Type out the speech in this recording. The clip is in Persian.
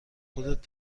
خودت